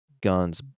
guns